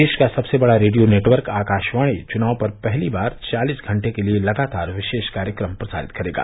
देश का सबसे बड़ा रेडियो नेटवर्क आकाशवाणी चुनाव पर पहली बार चालिस घंटे के लिए लगातार विशेष कार्यक्रम प्रसारित करेगा